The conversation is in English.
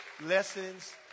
lessons